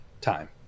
time